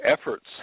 efforts